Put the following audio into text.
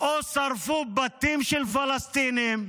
או שרפו בתים של פלסטינים,